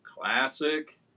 Classic